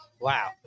Wow